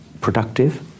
productive